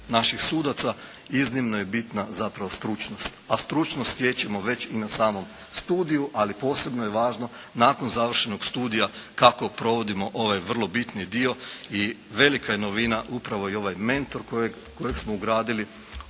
naših sudaca iznimno je bitna zapravo stručnost. A stručnost stječemo već i na samom studiju, ali posebno je važno nakon završenog studija kako provodimo ovaj vrlo bitni dio i velika je novina upravo i ovaj mentor kojeg smo ugradili